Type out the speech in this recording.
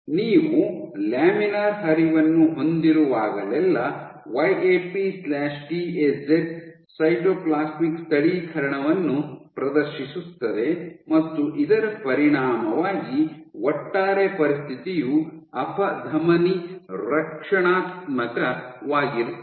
ನೀವು ಲ್ಯಾಮಿನಾರ್ ಹರಿವನ್ನು ಹೊಂದಿರುವಾಗಲೆಲ್ಲಾ Y A P T A Z cytoplasmic ಸ್ಥಳೀಕರಣವನ್ನು ಪ್ರದರ್ಶಿಸುತ್ತದೆ ಮತ್ತು ಇದರ ಪರಿಣಾಮವಾಗಿ ಒಟ್ಟಾರೆ ಪರಿಸ್ಥಿತಿಯು ಅಪಧಮನಿ ರಕ್ಷಣಾತ್ಮಕವಾಗಿರುತ್ತದೆ